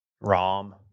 ROM